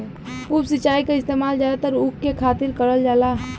उप सिंचाई क इस्तेमाल जादातर ऊख के खातिर करल जाला